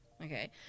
Okay